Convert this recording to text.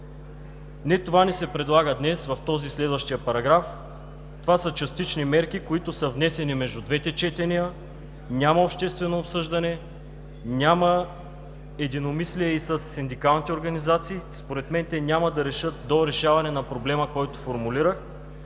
Не това ни се предлага днес в следващия параграф. Това са частични мерки, внесени между двете четения, няма обществено обсъждане, няма единомислие и със синдикалните организации. Според мен те няма да доведат до решаване на проблема, който формулирах.